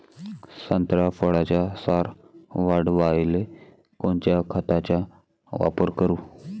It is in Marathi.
संत्रा फळाचा सार वाढवायले कोन्या खताचा वापर करू?